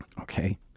Okay